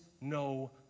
no